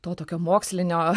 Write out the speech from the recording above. to tokio mokslinio